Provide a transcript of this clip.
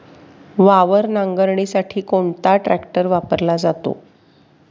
वावर नांगरणीसाठी कोणता ट्रॅक्टर वापरला जातो?